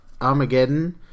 Armageddon